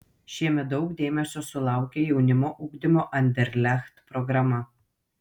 šiemet daug dėmesio sulaukė jaunimo ugdymo anderlecht programa